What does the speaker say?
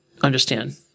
understand